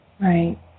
Right